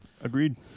Agreed